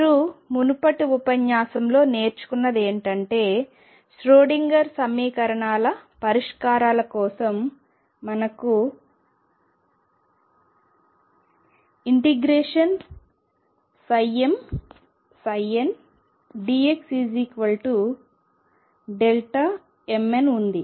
మీరు మునుపటి ఉపన్యాసంలో నేర్చుకున్నది ఏమిటంటే ష్రోడింగర్ సమీకరణ పరిష్కారాల కోసం మనకు ∫mndxmn ఉంది